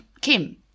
Kim